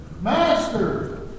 Master